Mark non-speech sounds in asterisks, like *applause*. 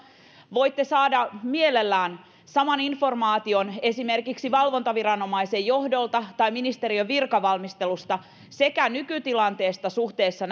voitte saada mielellään saman informaation esimerkiksi valvontaviranomaisen johdolta tai ministeriön virkavalmistelusta sekä nykytilanteesta suhteessa *unintelligible*